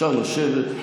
אפשר לשבת.